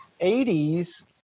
80s